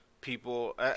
people –